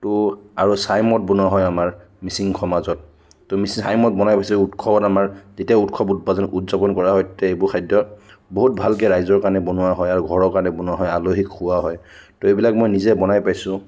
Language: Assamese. তো আৰু ছাই মদ বনোৱা হয় আমাৰ মিচিং সমাজত তো মিচি ছাই মদ বনায় উৎসৱত আমাৰ তেতিয়া উৎসৱত উৎপাদন উযাপন কৰা হয় তেতিয়া সেইবোৰ খাদ্য বহুত ভালকৈ ৰাইজৰ কাৰণে বনোৱা হয় আৰু ঘৰৰ কাৰণে বনোৱা হয় আলহীক খুওৱা হয় তো এইবিলাক মই নিজেই বনাই পাইছোঁ